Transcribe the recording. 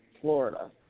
Florida